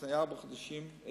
לפני ארבעה חודשים,